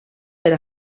per